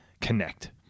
connect